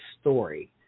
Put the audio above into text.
story